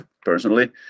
personally